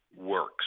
works